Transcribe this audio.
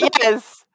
Yes